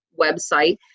website